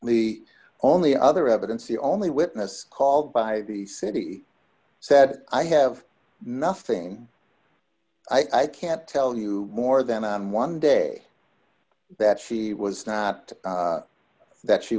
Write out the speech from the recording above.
the only other evidence the only witness called by the city said i have nothing i can't tell you more than on one day that she was not that she